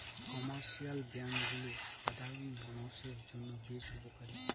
commercial ব্যাঙ্কগুলো সাধারণ মানষের জন্য বেশ উপকারী